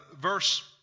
verse